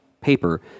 paper